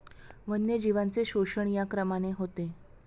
वन्यजीवांचे शोषण या क्रमाने होते